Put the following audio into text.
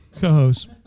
co-host